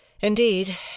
Indeed